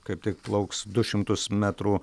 kaip tik plauks du šimtus metrų